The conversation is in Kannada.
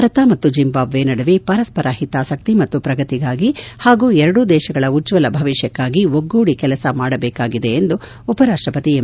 ಭಾರತ ಮತ್ತು ಜೆಂಬಾಬ್ವೆ ನಡುವೆ ಪರಸ್ಪರ ಹಿತಾಸಕ್ತಿ ಮತ್ತು ಪ್ರಗತಿಗಾಗಿ ಹಾಗೂ ಎರಡೂ ದೇಶಗಳ ಉಜ್ವಲ ಭವಿಷ್ಣಕ್ಕಾಗಿ ಒಗ್ಗೂಡಿ ಕೆಲಸ ಮಾಡಬೇಕಾಗಿದೆ ಎಂದು ಉಪರಾಷ್ಟಪತಿ ಎಂ